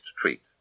treat